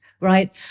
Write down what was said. right